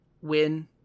win